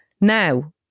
now